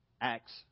Acts